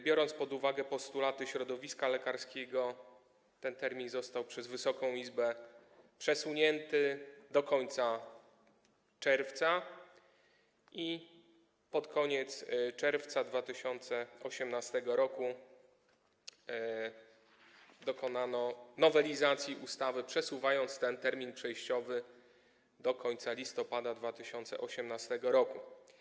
Wzięto jednak pod uwagę postulaty środowiska lekarskiego i ten termin został przez Wysoką Izbę przesunięty do końca czerwca i pod koniec czerwca 2018 r. dokonano nowelizacji ustawy, przesuwając ten termin przejściowy do końca listopada 2018 r.